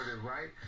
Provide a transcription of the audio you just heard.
right